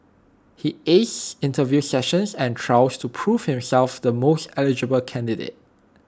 he aced interview sessions and trials to prove himself the most eligible candidate